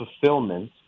fulfillment